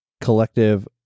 Collective